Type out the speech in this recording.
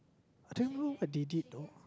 I don't know what they did though